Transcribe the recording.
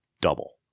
Double